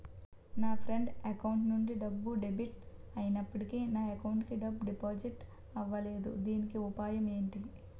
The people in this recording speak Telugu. నా ఫ్రెండ్ అకౌంట్ నుండి డబ్బు డెబిట్ అయినప్పటికీ నా అకౌంట్ కి డబ్బు డిపాజిట్ అవ్వలేదుదీనికి ఉపాయం ఎంటి?